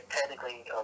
technically